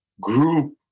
group